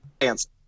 answer